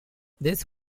this